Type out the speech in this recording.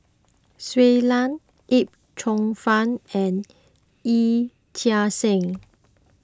Shui Lan Yip Cheong Fun and Yee Chia Hsing